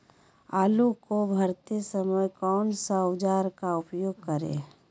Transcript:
आलू को भरते समय कौन सा औजार का प्रयोग करें?